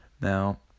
Now